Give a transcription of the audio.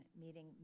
meeting